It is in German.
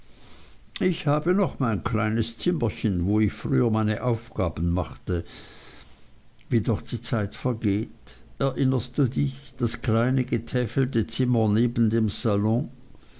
ich habe noch mein kleines zimmerchen wo ich früher meine aufgaben machte wie doch die zeit vergeht erinnerst du dich das kleine getäfelte zimmer neben dem salon